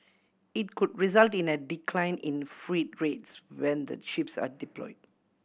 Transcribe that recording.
it could result in a decline in freight rates when the chips are deploy